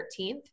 13th